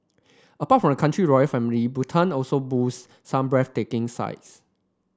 apart from the country royal family Bhutan also boast some breathtaking sights